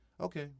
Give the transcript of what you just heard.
Okay